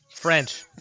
French